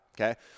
Okay